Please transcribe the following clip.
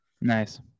nice